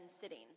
sitting